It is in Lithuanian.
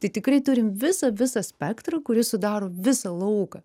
tai tikrai turim visą visą spektrą kuris sudaro visą lauką